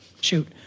Shoot